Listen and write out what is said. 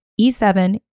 E7